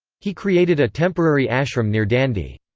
he created a temporary ashram near dandi.